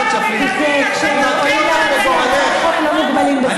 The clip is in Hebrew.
מציעי הצעת חוק לא מוגבלים בזמן,